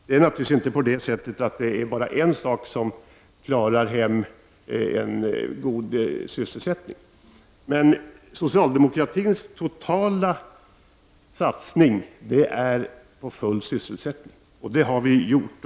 Det räcker inte med en enda åtgärd för att klara hem en god sysselsättning. Men socialdemokratin vill göra en total satsning på full sysselsättning, och det har vi gjort.